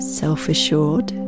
self-assured